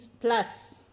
plus